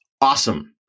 awesome